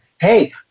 hey